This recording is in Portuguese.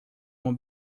uma